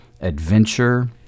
adventure